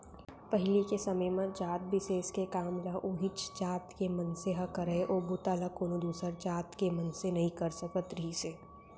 पहिली के समे म जात बिसेस के काम ल उहींच जात के मनसे ह करय ओ बूता ल कोनो दूसर जात के मनसे नइ कर सकत रिहिस हे